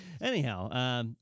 anyhow